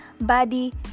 body